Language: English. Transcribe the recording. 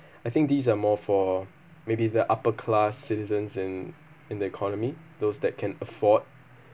I think these are more for maybe the upper class citizens in in the economy those that can afford